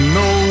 no